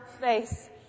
face